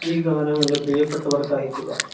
ഈ ഗാനം എന്റെ പ്രിയപ്പെട്ടവർക്കയക്കുക